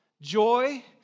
joy